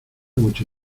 mucho